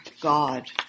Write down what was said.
God